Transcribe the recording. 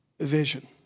vision